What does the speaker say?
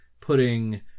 putting